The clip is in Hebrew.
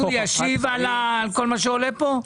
מישהו ישיב על כל מה שעולה פה?